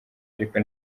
ariko